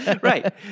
Right